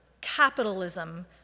capitalism